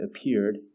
appeared